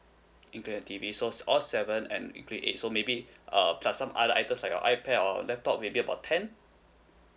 including the T_V so all seven and maybe eight so maybe uh some some other items like your ipad or laptop maybe about ten